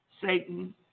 Satan